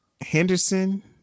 Henderson